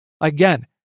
Again